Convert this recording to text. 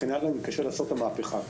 נתקשה לעשות את המהפכה.